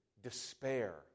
despair